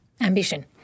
Ambition